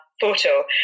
photo